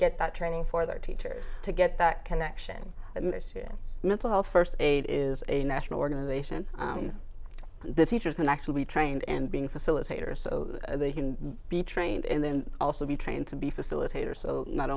get that training for their teachers to get that connection and this year it's mental health first aid is a national organization the teachers can actually be trained and being facilitators so they can be trained and then also be trained to be facilitators so not